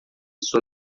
sua